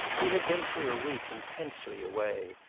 he had been for a week intensely away,